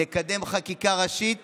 נקדם חקיקה ראשית